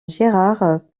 gérard